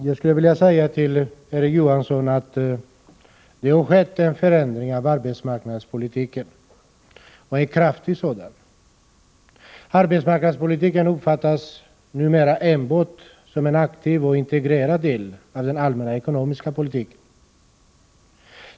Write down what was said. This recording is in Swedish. Herr talman! Det har, Erik Johansson, skett en förändring av arbetsmarknadspolitiken — en kraftig sådan. Arbetsmarknadspolitiken uppfattas numera enbart som en aktiv och integrerad del av den allmänna ekonomiska politiken.